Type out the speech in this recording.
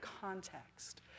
context